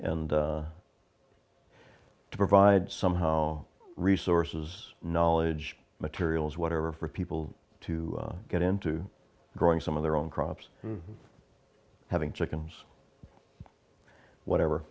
and to provide some how resources knowledge materials whatever for people to get into growing some of their own crops having chickens whatever